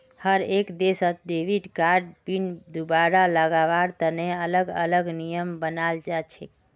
हर एक देशत debit card PIN दुबारा लगावार तने अलग अलग नियम बनाल जा छे